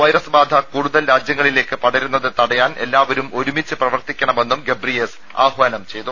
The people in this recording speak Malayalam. വൈറസ് ബാധ കൂടുതൽ രാജ്യങ്ങളിലേക്ക് പടരുന്നത് തടയാൻ എല്ലാവരും ഒരുമിച്ച് പ്രവർത്തിക്കണമെന്നും ഗബ്രിയേസസ് ആഹ്വാനം ചെയ്തു